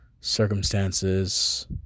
Circumstances